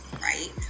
right